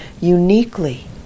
uniquely